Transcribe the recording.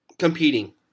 Competing